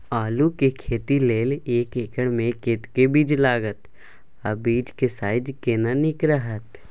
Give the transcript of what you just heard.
आलू के खेती लेल एक एकर मे कतेक बीज लागत आ बीज के साइज केना नीक रहत?